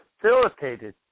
facilitated